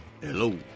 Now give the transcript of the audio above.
Hello